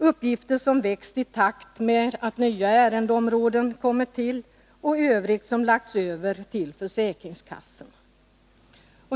Uppgifterna har växt i takt med att nya ärendeområden kommit till eller lagts över till försäkringskassorna.